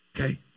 Okay